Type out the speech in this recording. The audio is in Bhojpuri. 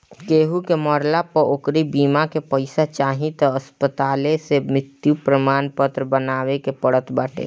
केहू के मरला पअ ओकरी बीमा के पईसा चाही तअ अस्पताले से मृत्यु प्रमाणपत्र बनवावे के पड़त बाटे